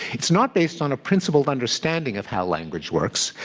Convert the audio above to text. it's not based on a principled understanding of how language works.